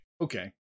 Okay